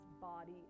body